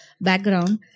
background